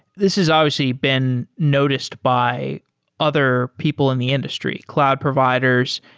this has obviously been noticed by other people in the industry, cloud providers,